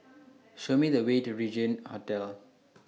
Show Me The Way to Regin Hotel